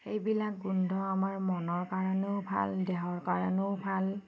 সেইবিলাক গোন্ধ আমাৰ মনৰ কাৰণেও ভাল দেহৰ কাৰণেও ভাল